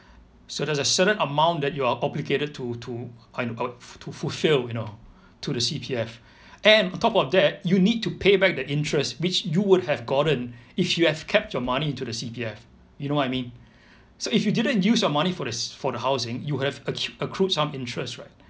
so there's a certain amount that you are obligated to to to fulfill you know to the C_P_F and on top of that you need to payback the interest which you would have gotten if you have kept your money into the C_P_F you know what I mean so if you didn't use your money for the c~ for the housing you have ac~ accrued some interest right